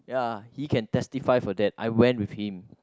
ya he can testify for that I went with him